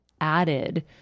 added